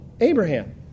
Abraham